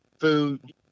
food